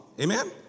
Amen